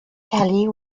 kali